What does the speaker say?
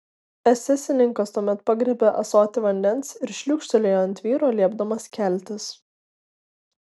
esesininkas tuomet pagriebė ąsotį vandens ir šliūkštelėjo ant vyro liepdamas keltis